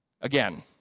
Again